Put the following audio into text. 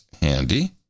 handy